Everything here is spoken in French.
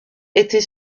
était